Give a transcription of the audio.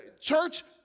church